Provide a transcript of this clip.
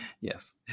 yes